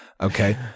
Okay